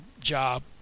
job